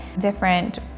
different